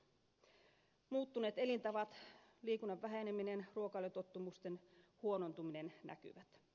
muuttuneet elintavat liikunnan väheneminen ruokailutottumusten huonontuminen näkyvät